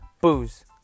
Booze